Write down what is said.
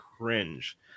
cringe